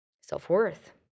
self-worth